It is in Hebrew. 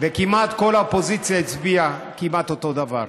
וכמעט כל האופוזיציה הצביעה אותו דבר,